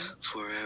forever